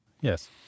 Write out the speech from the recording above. Yes